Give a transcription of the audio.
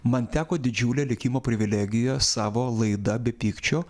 man teko didžiulė likimo privilegija savo laida be pykčio